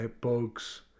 Bugs